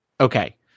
Okay